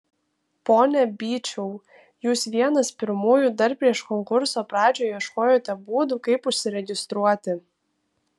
pone byčiau jūs vienas pirmųjų dar prieš konkurso pradžią ieškojote būdų kaip užsiregistruoti